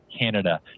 Canada